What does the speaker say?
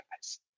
guys